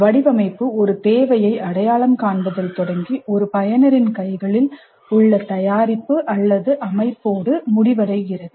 வடிவமைப்பு ஒரு தேவையை அடையாளம் காண்பதில் தொடங்கி ஒரு பயனரின் கைகளில் உள்ள தயாரிப்பு அல்லது அமைப்போடு முடிவடைகிறது